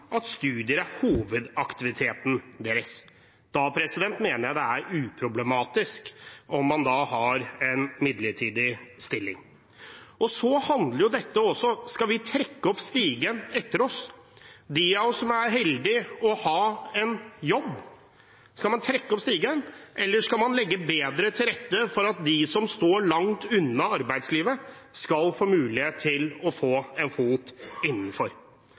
at studier er hovedaktiviteten deres. Da mener jeg det er uproblematisk om man har en midlertidig stilling. Dette handler også om hvorvidt vi skal trekke opp stigen etter oss. Skal de av oss som er heldige og har en jobb, trekke opp stigen, eller skal man legge bedre til rette for at de som står langt unna arbeidslivet, skal få mulighet til å få en fot innenfor?